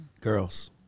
Girls